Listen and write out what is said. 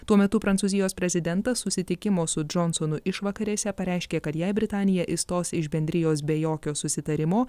tuo metu prancūzijos prezidentas susitikimo su džonsonu išvakarėse pareiškė kad jei britanija išstos iš bendrijos be jokio susitarimo